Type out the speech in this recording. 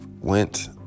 went